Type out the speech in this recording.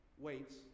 weights